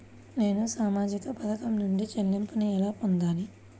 నేను సామాజిక పథకం నుండి చెల్లింపును ఎలా పొందాలి?